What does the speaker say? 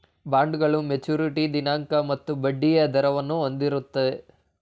ಬಾಂಡ್ಗಳು ಮೆಚುರಿಟಿ ದಿನಾಂಕ ಮತ್ತು ಬಡ್ಡಿಯ ದರವನ್ನು ಹೊಂದಿರುತ್ತೆ